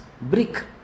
brick